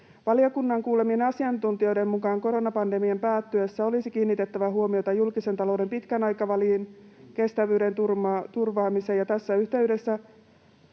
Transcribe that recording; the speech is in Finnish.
Valiokunnan kuulemien asiantuntijoiden mukaan koronapandemian päättyessä olisi kiinnitettävä huomiota julkisen talouden pitkän aikavälin kestävyyden turvaamiseen. Tässä yhteydessä